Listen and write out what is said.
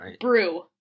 brew